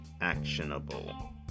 actionable